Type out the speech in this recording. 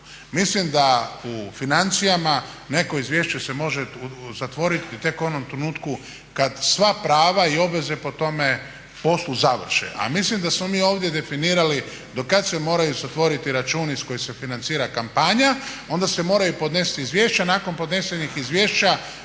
Mislim da u financijama neko izvješće se može zatvorit tek u onom trenutku kad sva prava i obveze po tome poslu završe, a mislim da smo mi ovdje definirali dokad se moraju zatvoriti računi iz kojih se financira kampanja. Onda se moraju podnesti izvješća. Nakon podnesenih izvješća